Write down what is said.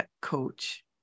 coach